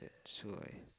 so I